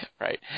Right